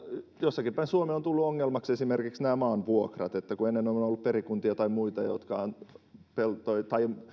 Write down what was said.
jossakin päin suomea ovat tulleet ongelmaksi esimerkiksi maanvuokrat ennen on ollut perikuntia tai muita jotka